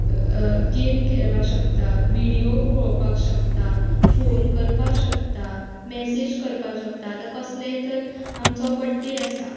game खेळपाक शकता video पोळोवपाक शकता फोन करपाक शकता मॅसेज करपाक शकतात आतां कसलेंय तर आमचो बड्डे आसा